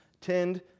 tend